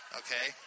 okay